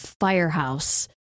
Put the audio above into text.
Firehouse